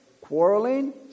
quarreling